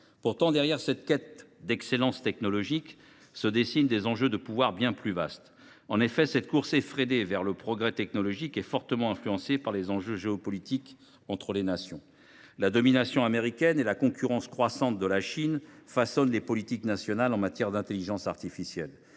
Pourtant, derrière cette quête d’excellence technologique, se dessinent des jeux de pouvoir bien plus vastes. Cette course effrénée vers le progrès technologique est fortement influencée par les enjeux géopolitiques entre les nations. La domination américaine et la concurrence croissante de la Chine modèlent les politiques nationales en matière d’intelligence artificielle.